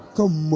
Come